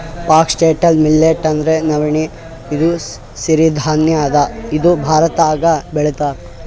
foxtail millet ಅಂದ್ರ ನವಣಿ ಇದು ಸಿರಿ ಧಾನ್ಯ ಅದಾ ಇದು ಭಾರತ್ದಾಗ್ ಬೆಳಿತಾರ್